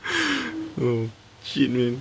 oh shit man